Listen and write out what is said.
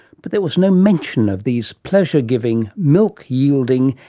but there was no mention of these pleasure-giving, milk-yielding,